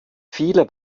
viele